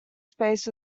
space